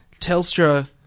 Telstra